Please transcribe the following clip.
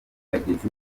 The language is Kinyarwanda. bageze